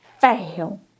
fail